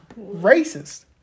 Racist